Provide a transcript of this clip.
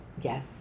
Yes